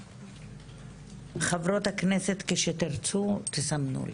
חברות הכנסת, כשתרצו תסמנו לי.